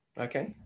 okay